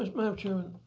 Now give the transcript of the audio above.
ah madam chair,